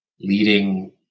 leading